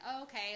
okay